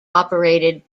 operated